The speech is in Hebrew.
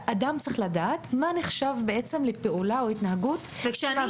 אדם צריך לדעת מה נחשב לפעולה או התנהגות -- וכשאני